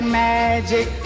magic